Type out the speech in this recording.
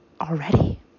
already